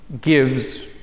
gives